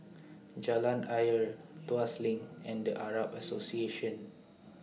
Jalan Ayer Tuas LINK and The Arab Association